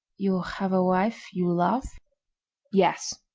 you have a wife you love yes,